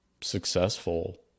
successful